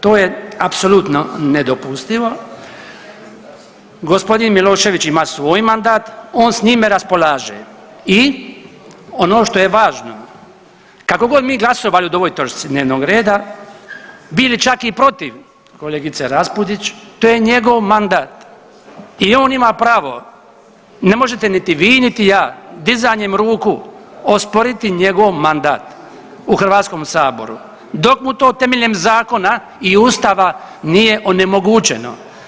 To je apsolutno nedopustivo, g. Milošević ima svoj mandat, on s njime raspolaže i ono što je važno kako god mi glasovali o ovoj točci dnevnog reda, bili čak i protiv kolegice Raspudić, to je njegov mandat i on ima pravo, ne možete niti vi, niti ja dizanjem ruku osporiti njegov mandat u HS dok mu to temeljem zakona i ustava nije onemogućeno.